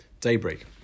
daybreak